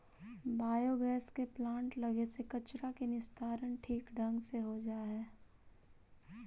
biogas के plant लगे से कचरा के निस्तारण ठीक ढंग से हो जा हई